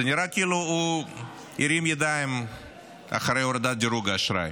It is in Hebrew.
זה נראה כאילו הוא הרים ידיים אחרי הורדת דירוג האשראי.